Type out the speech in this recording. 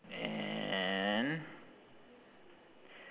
and